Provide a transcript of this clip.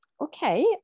Okay